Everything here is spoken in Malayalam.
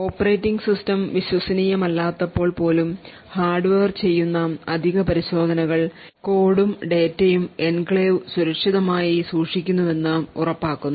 ഓപ്പറേറ്റിംഗ് സിസ്റ്റം വിശ്വസനീയമല്ലാത്തപ്പോൾ പോലും ഹാർഡ്വെയർ ചെയ്യുന്ന അധിക പരിശോധനകൾ കോഡും ഡാറ്റയും എൻക്ലേവ് സുരക്ഷിതമായി സൂക്ഷിക്കുന്നുവെന്ന് ഉറപ്പാക്കുന്നു